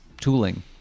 tooling